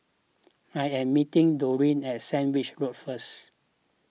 I am meeting Doreen at Sandwich Road first